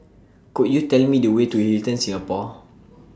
Could YOU Tell Me The Way to Hilton Singapore